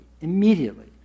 immediately